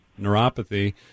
neuropathy